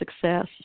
success